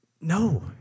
no